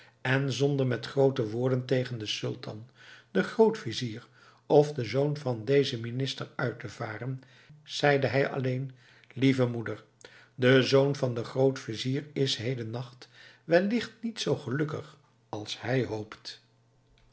en zonder met groote woorden tegen den sultan den grootvizier of den zoon van dezen minister uit te varen zeide hij alleen lieve moeder de zoon van den grootvizier is hedennacht wellicht niet zoo gelukkig als hij hoopt